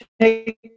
take